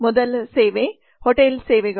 ಮೊದಲ ಸೇವೆ ಹೋಟೆಲ್ ಸೇವೆಗಳು